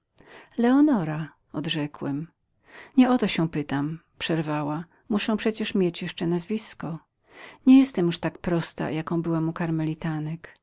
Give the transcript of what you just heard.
leonora odrzekłem nie o to się pytam przerwała muszę przecie mieć jeszcze drugie nazwisko nie jestem już tak prostą jaką byłam u karmelitek tam